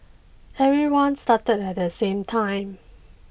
everyone started at the same time